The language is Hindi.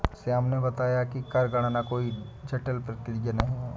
श्याम ने बताया कि कर गणना कोई जटिल प्रक्रिया नहीं है